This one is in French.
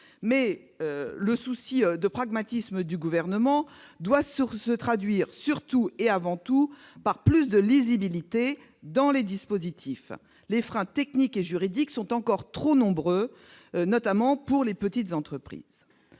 Mais le souci de pragmatisme du Gouvernement doit se traduire surtout et avant tout par plus de lisibilité dans les dispositifs. En effet, les freins techniques et juridiques sont encore trop nombreux, singulièrement pour les petites entreprises.